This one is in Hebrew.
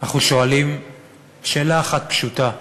אנחנו שואלים שאלה אחת פשוטה: